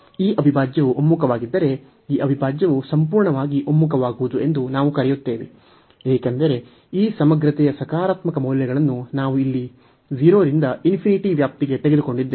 ಈ ಅವಿಭಾಜ್ಯವು ಒಮ್ಮುಖವಾಗಿದ್ದರೆ ಈ ಅವಿಭಾಜ್ಯವು ಸಂಪೂರ್ಣವಾಗಿ ಒಮ್ಮುಖವಾಗುವುದು ಎಂದು ನಾವು ಕರೆಯುತ್ತೇವೆ ಏಕೆಂದರೆ ಈ ಸಮಗ್ರತೆಯ ಸಕಾರಾತ್ಮಕ ಮೌಲ್ಯಗಳನ್ನು ನಾವು ಇಲ್ಲಿ 0 ರಿಂದ ವ್ಯಾಪ್ತಿಗೆ ತೆಗೆದುಕೊಂಡಿದ್ದೇವೆ